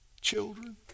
Children